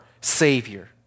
savior